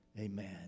Amen